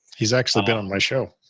he's actually been on my show.